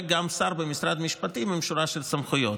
וגם שר במשרד המשפטים עם שורה של סמכויות.